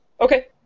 Okay